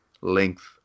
length